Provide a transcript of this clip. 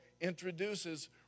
introduces